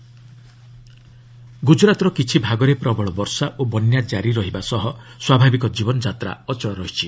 Gujarat flood ଗୁଜରାତ୍ର କିଛି ଭାଗରେ ପ୍ରବଳ ବର୍ଷା ଓ ବନ୍ୟା ଜାରି ରହିବା ସହ ସ୍ୱାଭାବିକ ଜୀବନଯାତ୍ରା ଅଚଳ ରହିଛି